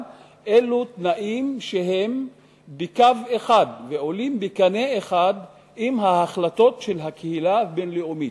הם בקו אחד ועולים בקנה אחד עם ההחלטות של הקהילה הבין-לאומית,